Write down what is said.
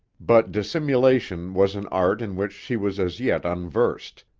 but dissimulation was an art in which she was as yet unversed,